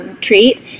treat